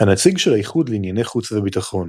הנציג של האיחוד לענייני חוץ וביטחון